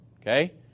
Okay